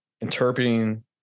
interpreting